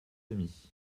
demi